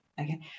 okay